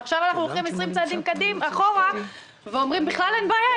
ועכשיו אנחנו הולכים עשרים צעדים אחורה ואומרים: בכלל אין בעיה,